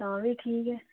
तां बी ठीक ऐ